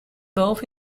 both